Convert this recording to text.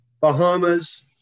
Bahamas